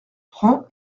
prends